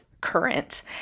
current